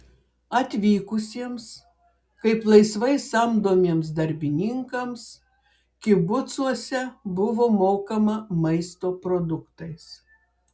atvykusiems kaip laisvai samdomiems darbininkams kibucuose buvo mokama maisto produktais